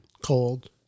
Cold